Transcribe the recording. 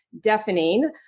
deafening